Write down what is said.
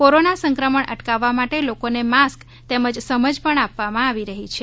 corona સંક્રમણ અટકાવવા માટે લોકોને માસ્ક તેમજ સમજ પણ આપવામાં આવી રહી છે